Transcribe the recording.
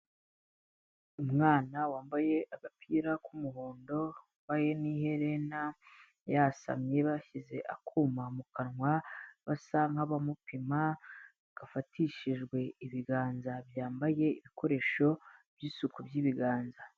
Umwana wambaye agapira k'umuhondo wambaye n'iherena yasamye bashyize akuma mu kanwa basa nk'abamupima, gafatishijwe ibiganza byambaye ibikoresho by'isuku by'ibiganza.